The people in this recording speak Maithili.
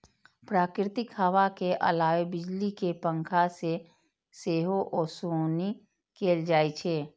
प्राकृतिक हवा के अलावे बिजली के पंखा से सेहो ओसौनी कैल जाइ छै